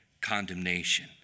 condemnation